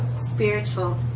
spiritual